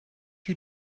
you